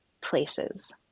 places